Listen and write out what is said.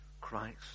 Christ